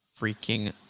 freaking